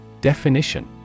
definition